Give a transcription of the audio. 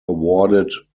awarded